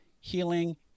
healing